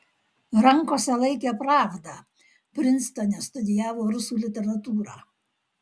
rankose laikė pravdą prinstone studijavo rusų literatūrą